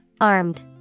Armed